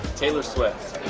taylor swift.